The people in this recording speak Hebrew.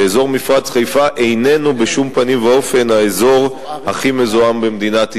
שאזור מפרץ חיפה איננו בשום פנים ואופן האזור הכי מזוהם במדינת ישראל.